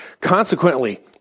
Consequently